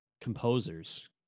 Composers